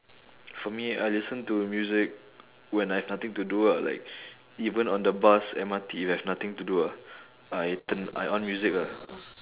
for me I listen to music when I've nothing to do ah like even on the bus M_R_T we've nothing to do ah I turn I on music ah